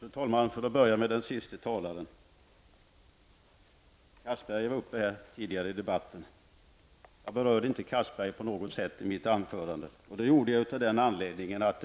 Fru talman! Anders Castberger deltog tidigare i debatten. Jag berörde inte Castbergers synpunkter på något sätt i mitt anförande -- och det av den anledningen att